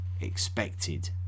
expected